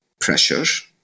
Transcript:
pressure